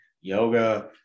yoga